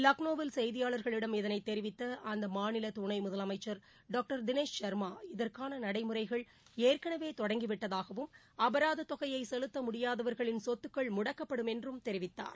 லக்னோவில் செய்தியாளர்களிடம் இதைத் தெரிவித்த அந்த மாநில துணை முதலமைச்சர் டாக்டர் தினேஷ் ஷர்மா இதற்கான நடைமுறைகள் ஏற்களவே தொடங்கிவிட்டதாகவும் அபராதத் தொகையை செலுத்த முடியாதவர்களின் சொத்துக்கள் முடக்கப்படும் என்றும் தெரிவித்தார்